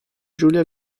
julia